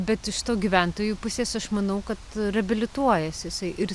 bet iš tų gyventojų pusės aš manau kad reabilituojasi jisai ir